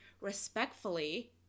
respectfully